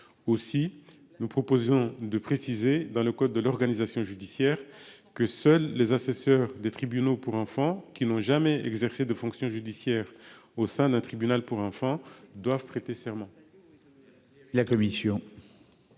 aussi, nous proposons de préciser dans le code de l'organisation judiciaire que seuls les assesseurs des tribunaux pour enfants qui n'ont jamais exercé de fonctions judiciaires au sein d'un tribunal pour enfants doivent prêter serment.